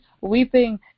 weeping